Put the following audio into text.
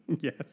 Yes